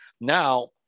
now